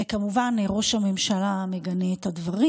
וכמובן, ראש הממשלה מגנה את הדברים.